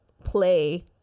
play